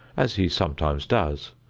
as he sometimes does,